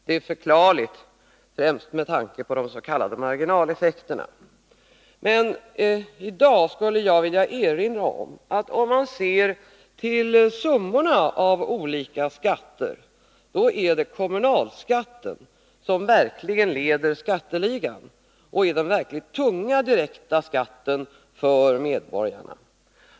Det är förklarligt, främst med tanke på des.k. marginaleffekterna. Men i dag skulle jag vilja erinra om att om man ser till summorna av olika skatter är det kommunalskatterna som verkligen leder skatteligan och är den verkligt tunga direkta skatten för medborgarna.